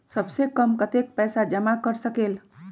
सबसे कम कतेक पैसा जमा कर सकेल?